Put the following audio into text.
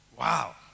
Wow